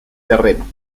terreno